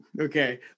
okay